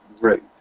route